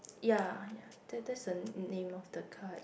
ya ya that that's the name of the card